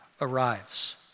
arrives